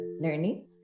learning